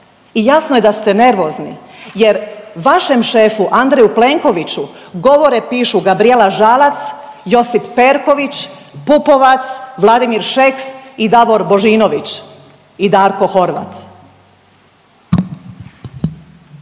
i jasno je da ste nervozni, jer vašem šefu Andreju Plenkoviću govore pišu Gabrijela Žalac, Josip Perković, Pupovac, Vladimir Šeks i Davor Božinović i Darko Horvat.